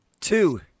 Two